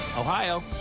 Ohio